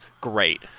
great